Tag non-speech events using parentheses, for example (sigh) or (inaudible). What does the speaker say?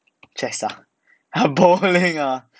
just ah (laughs) bowling ah